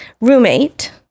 roommate